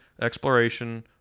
exploration